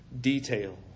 detail